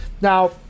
Now